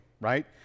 right